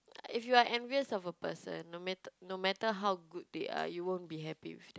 if you are envious of a person no matter no matter how good they are you won't be happy with